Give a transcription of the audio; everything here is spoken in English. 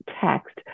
text